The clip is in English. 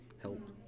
help